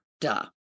Duh